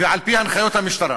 ועל-פי הנחיות המשטרה.